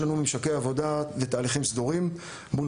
יש לנו ממשקי עבודה ותהליכים סדורים מול